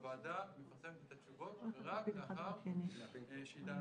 הוועדה מפרסמת את התשובות רק לאחר שהיא דנה.